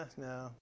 no